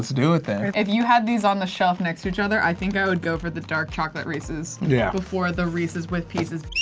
do it then. if you had these on the shelf next to each other, i think i'd go for the dark chocolate reese's yeah before the reese's with pieces.